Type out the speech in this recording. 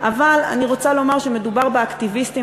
אבל אני רוצה לומר שמדובר באקטיביסטים